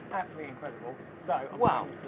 absolutely incredible so i'm